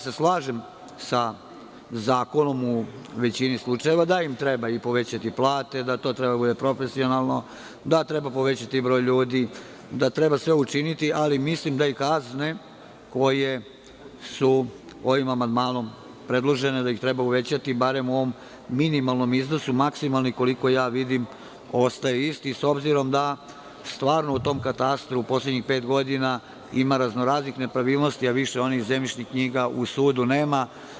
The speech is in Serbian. Slažem se sa zakonom u većini slučajeva, da im treba i povećati plate, da to treba da bude profesionalno, da treba povećati broj ljudi, da treba sve učiniti, ali mislim da i kazne koje su ovim amandmanom predložene, da ih treba uvećati, barem u ovom minimalnom iznosu, maksimalni, koliko vidim, ostaje isti, s obzirom da stvarno u tom katastru u poslednjih pet godina ima raznoraznih nepravilnosti, a više onih zemljišnih knjiga u sudu nema.